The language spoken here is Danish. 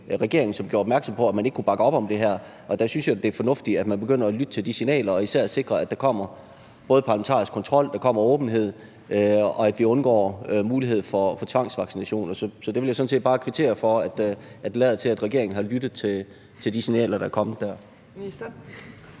regeringen, opmærksom på, at man ikke kunne bakke op om det her – det var jeg fuldstændig enig i. Og der synes jeg, det er fornuftigt, at man begynder at lytte til de signaler og især sikrer, at der kommer både parlamentarisk kontrol, åbenhed og en sikring af, at vi undgår mulighed for tvangsvaccinationer. Så det vil jeg sådan set bare kvittere for, altså at det lader til, at regeringen har lyttet til de signaler, der er kommet dér.